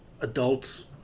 adults